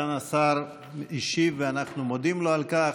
סגן השר השיב, ואנחנו מודים לו על כך.